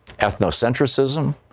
ethnocentrism